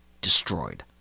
destroyed